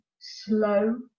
slow